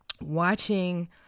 watching